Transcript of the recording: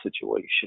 situation